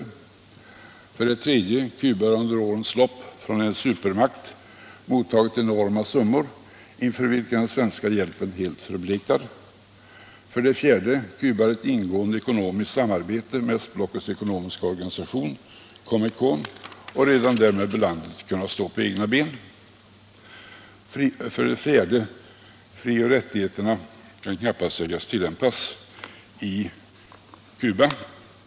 Internationellt utvecklingssamar 3. Cuba har under årens lopp från en supermakt mottagit enorma summor, inför vilka den svenska hjälpen helt förbleknar. 4. Cuba har ett ingående ekonomiskt samarbete med östblockets ekonomiska organisation COMECON, och redan därmed bör landet kunna stå på egna ben. S. Fri och rättigheterna kan knappast sägas tillämpas i Cuba.